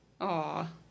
Aw